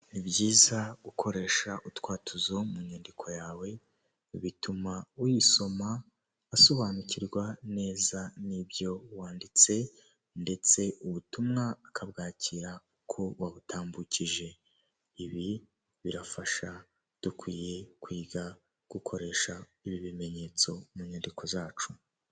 Ni byiza gukoresha utwatuzo mu nyandiko yawe, bituma uyisoma asobanukirwa neza n'ibyo wanditse, ndetse ubutumwa akabwakira uko wabutambukije. Ibi birafasha dukwiye kwiga gukoresha ibi bimenyetso mu nyandiko zacu.